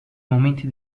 momenti